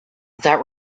that